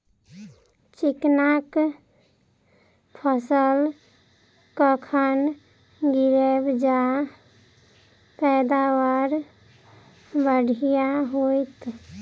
चिकना कऽ फसल कखन गिरैब जँ पैदावार बढ़िया होइत?